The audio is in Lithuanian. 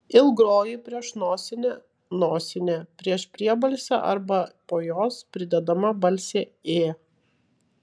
ilgoji prieš nosinę nosinė prieš priebalsę arba po jos pridedama balsė ė